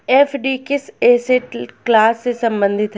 FD किस asset class से संबंधित है?